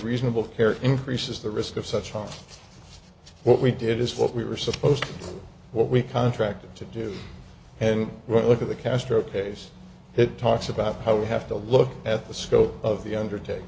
reasonable care increases the risk of such off what we did is what we were supposed to what we contracted to do and right look at the castro case it talks about how we have to look at the scope of the underta